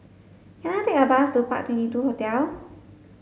can I take a bus to Park twenty two Hotel